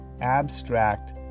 abstract